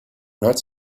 not